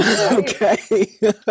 Okay